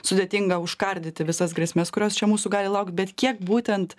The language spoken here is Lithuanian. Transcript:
sudėtinga užkardyti visas grėsmes kurios čia mūsų gali laukt bet kiek būtent